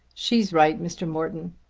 she's right, mr. morton.